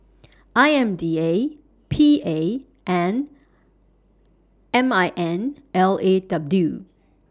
I M D A P A and M I N L A W